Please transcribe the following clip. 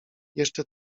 jeszcze